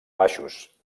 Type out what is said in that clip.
baixos